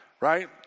right